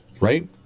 right